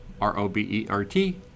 R-O-B-E-R-T